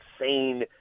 insane